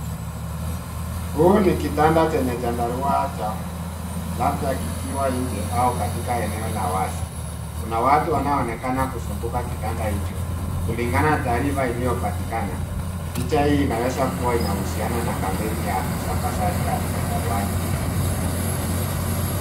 Huu ni kitanda chenye chandarua cha mbu , labda kikiwa nje au katika eneo la wazi . Kuna watu wanaoonekana kuzunguka kitanda hicho. Kulingana na taarifa iliyopatikana, picha hii inaweza kuwa inahusiana na kampeni ya usambazaji wa vyandarua nchini.